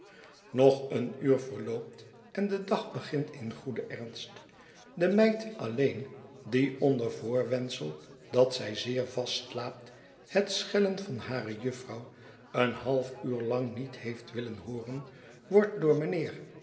nog een uur verloopt en de dag begint in goeden ernst de meid alleen die onder voorwendsel dat zij zeer vast slaapt het schellen van hare jufvrouw een half uur lang niet heeft willen hooren wordt door mijnheer